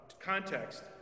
context